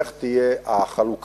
איך תהיה החלוקה.